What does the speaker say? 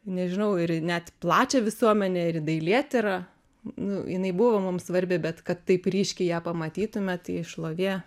nežinau ir net plačią visuomenę ir į dailėtyrą nu jinai buvo mums svarbi bet kad taip ryškiai ją pamatytume tai šlovė